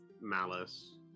Malice